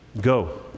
Go